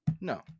No